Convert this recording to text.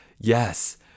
Yes